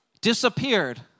disappeared